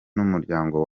n’umuryango